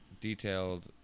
detailed